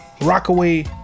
Rockaway